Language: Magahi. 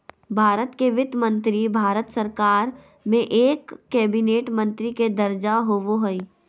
भारत के वित्त मंत्री भारत सरकार में एक कैबिनेट मंत्री के दर्जा होबो हइ